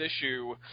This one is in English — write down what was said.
issue